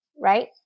right